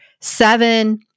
seven